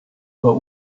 but